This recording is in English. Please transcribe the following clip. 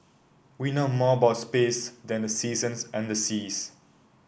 we know more about space than the seasons and the seas